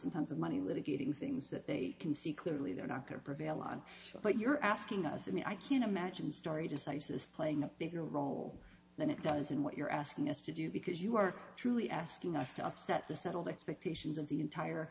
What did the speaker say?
and tons of money litigating things that they can see clearly they're not going to prevail on but you're asking us i mean i can't imagine a story decisis playing a bigger role than it does in what you're asking us to do because you are truly asking us to upset the settled expectations of the entire